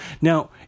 Now